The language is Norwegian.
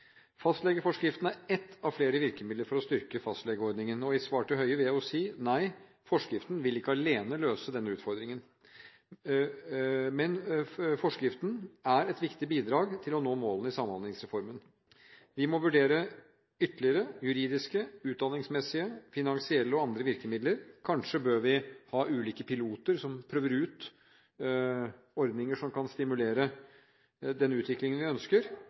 Fastlegeforskriften er ett av flere virkemidler for å styrke fastlegeordningen. Som svar til Høie vil jeg si: Nei, forskriften alene vil ikke løse denne utfordringen, men forskriften er et viktig bidrag til å nå målene i Samhandlingsreformen. Vi må vurdere ytterligere juridiske, utdanningsmessige, finansielle og andre virkemidler. Kanskje bør vi ha ulike piloter som prøver ut ordninger som kan stimulere den utviklingen vi ønsker.